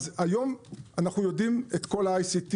אז היום אנחנו יודעים את כל ה-ICT